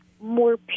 more